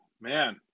man